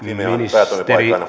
päätös